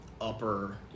upper